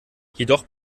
jedoch